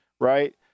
right